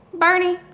bernie,